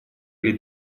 или